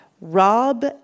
Rob